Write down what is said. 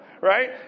right